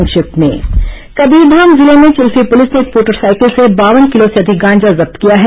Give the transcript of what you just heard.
संक्षिप्त समाचार कबीरधाम जिले में चिल्फी पुलिस ने एक मोटर साइकिल से बावन किलो से अधिक गांजा जब्त किया है